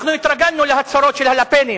התרגלנו להצהרות של ה"לה-פנים"